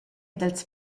dals